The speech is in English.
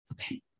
Okay